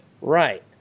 right